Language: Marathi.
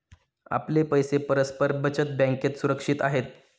आपले पैसे परस्पर बचत बँकेत सुरक्षित आहेत